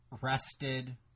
rested